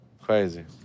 Crazy